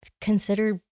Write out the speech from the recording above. consider